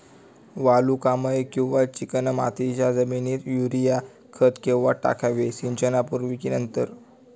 वालुकामय किंवा चिकणमातीच्या जमिनीत युरिया खत केव्हा टाकावे, सिंचनापूर्वी की नंतर?